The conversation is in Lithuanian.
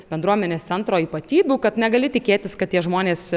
bendruomenės centro ypatybių kad negali tikėtis kad tie žmonės